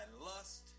lust